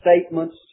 statements